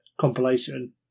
compilation